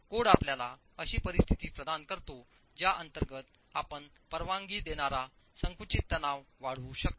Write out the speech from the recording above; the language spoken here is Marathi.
कोड आपल्याला अशी परिस्थिती प्रदान करतो ज्या अंतर्गत आपण परवानगी देणारा संकुचित तणाव वाढवू शकता